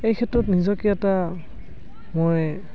এইক্ষেত্ৰত নিজকে এটা মই